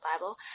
Bible